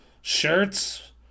shirts